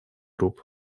групп